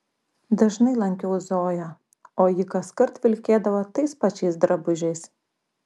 dažnai lankiau zoją o ji kaskart vilkėdavo tais pačiais drabužiais